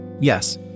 Yes